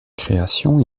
création